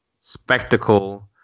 spectacle